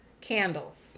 candles